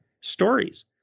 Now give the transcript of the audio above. stories